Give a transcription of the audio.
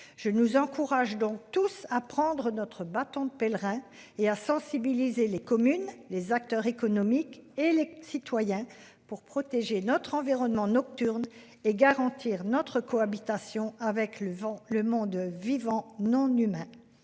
je nous encourage donc tous à prendre notre bâton de pèlerin et à sensibiliser les communes, les acteurs économiques et les citoyens pour protéger notre environnement nocturnes et garantir notre cohabitation avec le vent le monde vivant non humain.